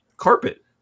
Carpet